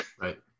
Right